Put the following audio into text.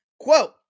quote